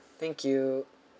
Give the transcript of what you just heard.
thank you